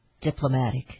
diplomatic